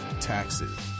taxes